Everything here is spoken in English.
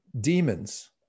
demons